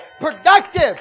productive